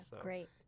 Great